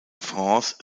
france